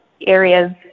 areas